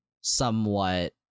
somewhat